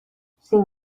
sin